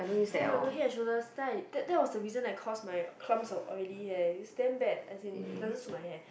oh my god Head-and-Shoulders then I that that was the reason I cause my clumps of oily hair it's damn bad as in doesn't suit my hair